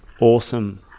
awesome